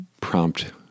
prompt